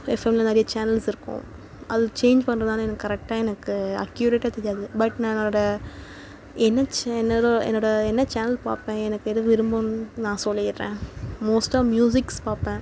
எஃப்எம்மில் நிறையா சேனல்ஸ் இருக்கும் அது சேஞ் பண்ணுறதுனால கரெக்டா எனக்கு அக்யூரட்டா தெரியாது பட் நான் என்னோடய என்ன சேனல்லோ என்னோட என்ன சேனல் பார்ப்பேன் எனக்கு எது விரும்பும் நான் சொல்லிடுறேன் மோஸ்ட்டா மியூசிக்ஸ் பார்ப்பேன்